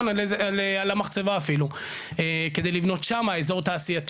על המחצבה אפילו כדי לבנות שמה אזור תעשייתי,